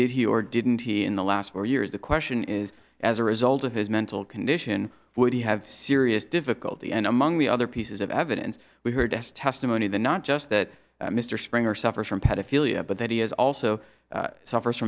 did he or didn't he in the last four years the question is as a result of his mental condition would he have serious difficulty and among the other pieces of evidence we heard testimony the not just that mr springer suffers from pedophilia but that he has also suffers